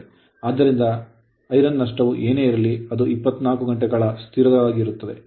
ಆದ್ದರಿಂದ ಕಬ್ಬಿಣದ ನಷ್ಟವು ಏನೇ ಇರಲಿ ಅದು 24 ಗಂಟೆಗಳ ಕಾಲ ಸ್ಥಿರವಾಗಿರುತ್ತದೆ